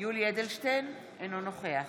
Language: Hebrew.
יולי יואל אדלשטיין, אינו נוכח